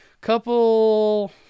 Couple